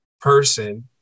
person